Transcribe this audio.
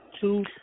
two